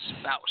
Spouse